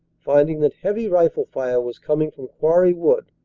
finding that heavy rifle fire was coming from quarry wood,